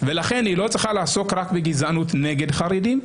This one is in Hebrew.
ולכן היא לא צריכה לעסוק רק בגזענות נגד חרדים,